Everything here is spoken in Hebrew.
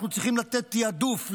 אנחנו צריכים לתת תעדוף,